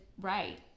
right